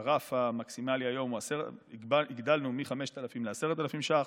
כשאת הרף המקסימלי הגדלנו מ-5,000 ל-10,000 שקלים,